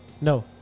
No